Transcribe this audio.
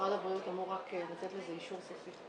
משרד הבריאות אמור רק לתת לזה אישור סופי.